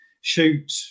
shoot